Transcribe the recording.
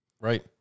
Right